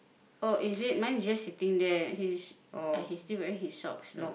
oh is it mine is just sitting there he's he's still wearing his socks though